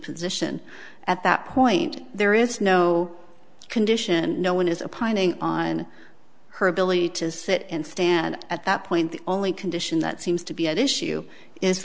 position at that point there is no condition and no one is a pining on her ability to sit and stand at that point the only condition that seems to be at issue is